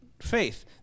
faith